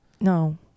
No